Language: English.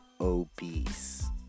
obese